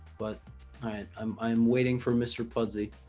but i i'm i'm waiting for mr pudsey